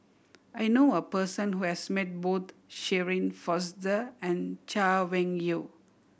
I know a person who has met both Shirin Fozdar and Chay Weng Yew